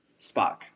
Spock